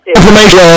information